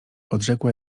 odrzekła